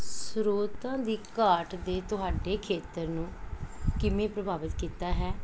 ਸਰੋਤਾਂ ਦੀ ਘਾਟ ਦੇ ਤੁਹਾਡੇ ਖੇਤਰ ਨੂੰ ਕਿਵੇਂ ਪ੍ਰਭਾਵਿਤ ਕੀਤਾ ਹੈ